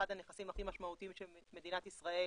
אחד הנכסים הכי משמעותיים של מדינת ישראל